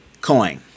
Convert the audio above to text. coin